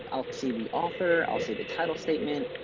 but i'll see the author, i'll see the title statement.